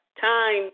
time